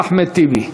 חבר הכנסת אחמד טיבי.